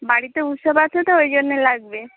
বাড়িতে উৎসব আছে তো ওই জন্যে লাগবে